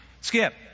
Skip